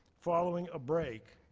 following a break,